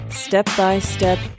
step-by-step